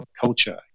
culture